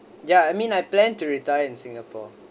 ya I mean I plan to retire in singapore